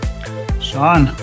Sean